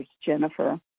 Jennifer